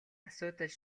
асуудал